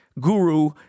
guru